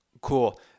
Cool